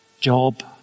job